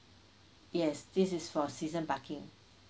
yes this is for season parking